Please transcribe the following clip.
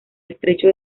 estrecho